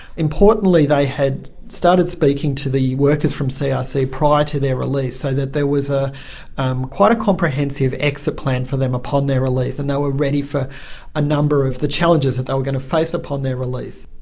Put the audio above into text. importantly they had started speaking to the workers from crc ah prior to their release, so that there was ah um quite a comprehensive exit plan for them upon their release, and they were ready for a number of the challenges that they were going to face upon their release.